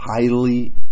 highly